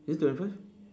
is it twenty five